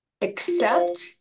accept